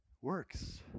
works